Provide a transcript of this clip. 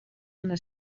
una